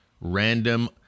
random